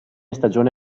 stagione